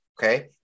Okay